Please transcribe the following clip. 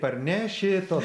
parneši to